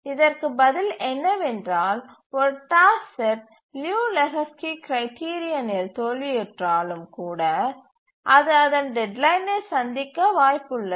இதற்கு பதில் என்னவென்றால் ஒரு டாஸ்க் செட் லியு லெஹோஸ்கி கிரைட்டீரியனில் தோல்வியுற்றாலும் கூட அது அதன் டெட்லைனை சந்திக்க வாய்ப்பு உள்ளது